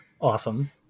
Awesome